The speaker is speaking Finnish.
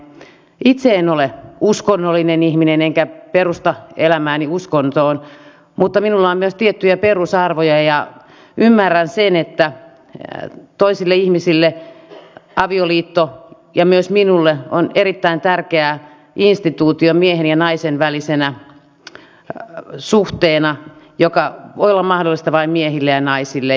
itse en ole uskonnollinen ihminen enkä perusta elämääni uskontoon mutta minulla on myös tiettyjä perusarvoja ja ymmärrän sen että toisille ihmisille ja myös minulle avioliitto on erittäin tärkeä instituutio miehen ja naisen välisenä suhteena joka voi olla mahdollinen vain miehille ja naisille